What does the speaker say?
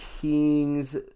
Kings